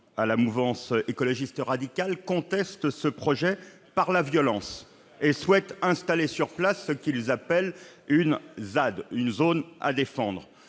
à la mouvance écologiste radicale contestent ce projet par la violence et souhaitent installer sur place ce qu'ils appellent une « zone à défendre